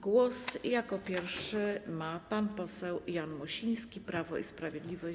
Głos jako pierwszy zabierze pan poseł Jan Mosiński, Prawo i Sprawiedliwość.